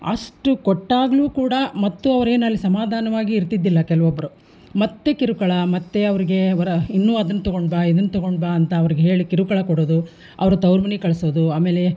ಅಷ್ಟು ಕೊಟ್ಟಾಗಲೂ ಕೂಡ ಮತ್ತು ಅವ್ರೇನು ಅಲ್ಲಿ ಸಮಾಧಾನವಾಗಿ ಇರ್ತಿದ್ದಿಲ್ಲ ಕೆಲವೊಬ್ಬರು ಮತ್ತು ಕಿರುಕುಳ ಮತ್ತು ಅವ್ರಿಗೆ ವರ ಇನ್ನೂ ಅದನ್ನು ತಗೊಂಡು ಬಾ ಇದನ್ನು ತಗೊಂಡು ಬಾ ಅಂತ ಅವ್ರ್ಗೆ ಹೇಳಿ ಕಿರುಕುಳ ಕೊಡೋದು ಅವ್ರ ತವ್ರು ಮನಿಗೆ ಕಳಿಸೋದು ಆಮೇಲೆ